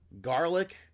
garlic